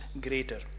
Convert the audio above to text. greater